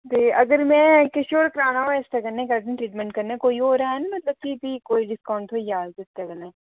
ते अगर में किश होर कराना होऐ इसदे अलावा कोई होर है'न भी कोई डिस्काउंट थ्होई जा इसदे कन्नै